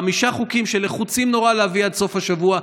חמישה חוקים שלחוצים נורא להביא עד סוף השבוע,